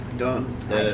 done